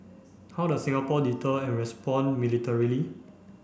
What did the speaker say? how does Singapore deter and respond militarily